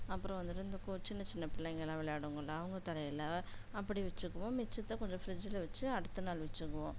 அப்புறம் வந்துவிட்டு இந்த பூ சின்ன சின்ன பிள்ளைங்களாம் விளையாடுங்கல்ல அவங்க தலையில் அப்படி வச்சுக்குவோம் மிச்சத்தை கொஞ்சம் ஃபிரிட்ஜில் வச்சு அடுத்த நாள் வச்சுக்குவோம்